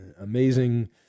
Amazing